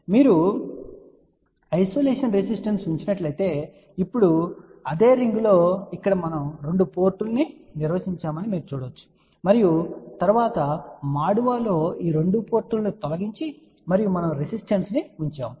మీరు isolation resistance ఉంచినట్లయితే ఇప్పుడు అదే రింగ్లో ఇక్కడ మనం 2 పోర్టులు ని నిర్వచించామని మీరు చూడవచ్చు మరియు తరువాత మాడువా లో ఈ రెండు పోర్టులను తొలగించి మరియు మనము రెసిస్టెన్స్ ను ఉంచాము